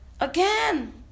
again